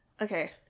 Okay